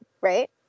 right